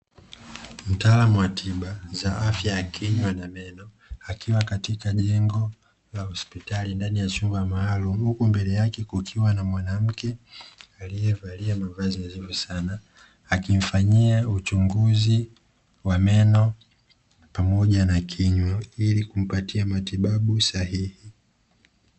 Mtaalamu wa tiba za afya ya kinywa na meno, akiwa katika jengo la hospitali ndani ya chumba maalumu, huku mbele yake kukiwa na mwanamke alievalia mavazi nadhifu sana, akimfanyia uchunguzi wa meno pamoja na kinywa ili kumpatia matibabu sahihi.